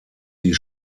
die